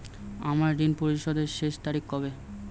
আমার ঋণ পরিশোধের শেষ তারিখ কবে?